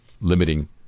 limiting